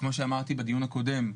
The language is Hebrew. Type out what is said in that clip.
כמו שאמרתי בדיון הקודם,